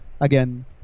again